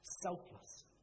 selfless